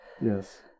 Yes